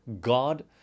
God